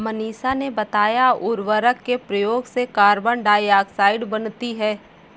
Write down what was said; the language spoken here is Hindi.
मनीषा ने बताया उर्वरक के प्रयोग से कार्बन डाइऑक्साइड बनती है